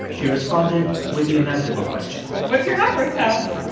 she responded with the inevitable question what's your hogwarts house?